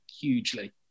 hugely